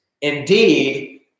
Indeed